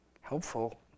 helpful